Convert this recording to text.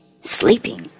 sleeping